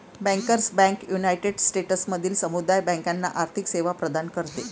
bankers bank united स्टेट्समधील समुदाय बँकांना आर्थिक सेवा प्रदान करते